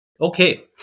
Okay